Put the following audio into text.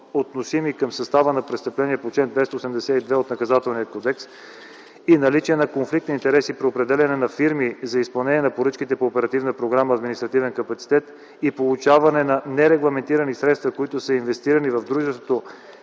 относими към състава на престъпление по чл. 282 от Наказателния кодекс, и наличие на конфликт на интереси при определяне на фирми за изпълнение на поръчките по Оперативна програма „Административен капацитет” и получаване на нерегламентирани средства, които са инвестирани в дружеството